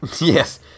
Yes